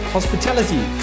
Hospitality